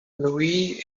louise